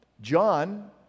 John